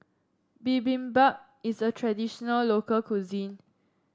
bibimbap is a traditional local cuisine